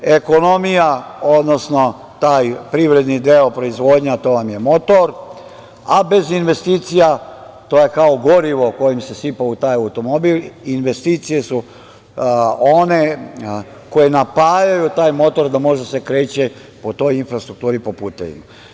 Ekonomija, odnosno taj privredni deo proizvodnje, a to vam je motor, a bez investicija, to je kao gorivo koje se sipa u taj automobil, investicije su one koje napajaju taj motor da može da se kreće po toj infrastrukturi, po putevima.